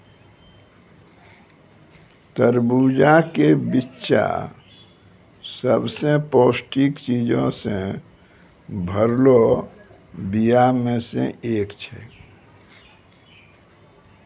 तरबूजा के बिच्चा सभ से पौष्टिक चीजो से भरलो बीया मे से एक छै